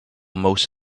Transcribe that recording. most